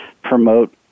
promote